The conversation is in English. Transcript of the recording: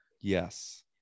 Yes